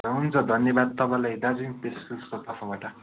हुन्छ हुन्छ धन्यवाद तपाईँलाई दार्जिलिङ प्रेसगिल्डको तर्फबाट